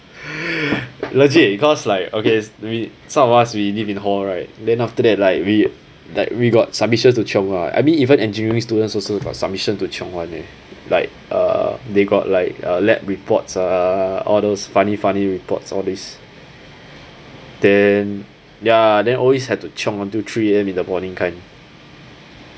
legit cause like okay we some of us we live in hall right then after that like we like we got submissions to chiong ah I mean even engineering students also got submission to chiong [one] eh like uh they got like uh lab reports ah all those funny funny reports all these then ya then always have to chiong until three A_M in the morning kind